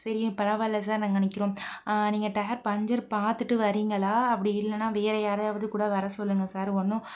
சரி பரவாயில்ல சார் நாங்கள் நிற்கிறோம் நீங்கள் டயர் பஞ்சர் பார்த்துட்டு வரீங்களா அப்படி இல்லைனா வேறே யாரையாவது கூட வர சொல்லுங்க சார் ஒன்றும்